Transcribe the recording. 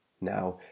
Now